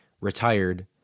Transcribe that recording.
retired